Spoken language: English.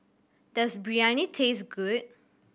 does Biryani taste good